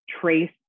trace